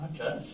Okay